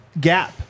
gap